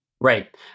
Right